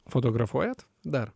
fotografuojat dar